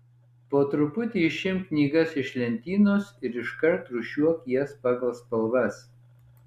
po truputį išimk knygas iš lentynos ir iškart rūšiuok jas pagal spalvas